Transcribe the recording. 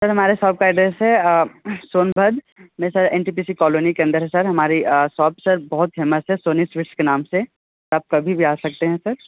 sir हमारे shop का address है सोनभद्र नहीं sir N T P C colony के अंदर है सर हमारी सॉप सर बहुत फेमस है सोनी स्वीट्स के नाम से आप कभी भी आ सकते हैं सर